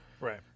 Right